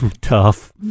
tough